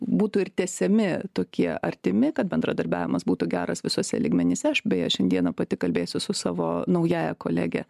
būtų ir tęsiami tokie artimi kad bendradarbiavimas būtų geras visuose lygmenyse aš beje šiandieną pati kalbėsiu su savo naująja kolege